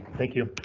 thank you.